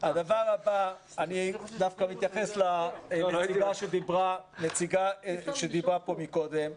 אני מתייחס לנציגה שדיברה קודם.